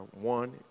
One